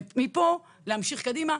ומפה להמשיך קדימה,